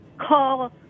call